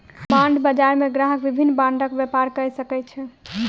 bond बजार मे ग्राहक विभिन्न बांडक व्यापार कय सकै छै